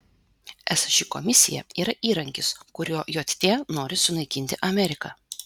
esą ši komisija yra įrankis kuriuo jt nori sunaikinti ameriką